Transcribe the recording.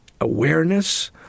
awareness